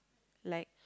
like